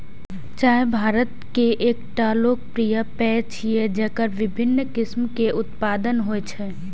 चाय भारत के एकटा लोकप्रिय पेय छियै, जेकर विभिन्न किस्म के उत्पादन होइ छै